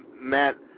Matt